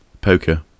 poker